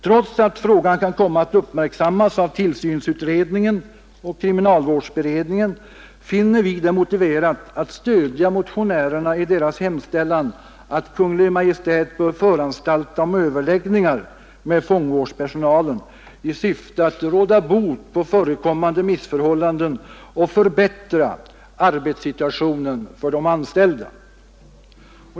Trots att frågan kan komma att uppmärksammas av tillsynsutredningen och kriminalvårdsberedningen finner vi det motiverat att stödja motionärerna i deras hemställan att Kungl. Maj:t bör föranstalta om överläggningar med fångvårdspersonalen i syfte att råda bot på förekommande missförhållanden och förbättra arbetssituationen för de anställda.